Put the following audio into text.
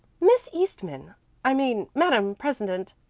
miss eastman i mean, madame president,